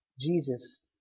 Jesus